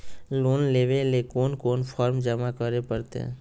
Loan लेवे ले कोन कोन फॉर्म जमा करे परते?